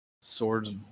swords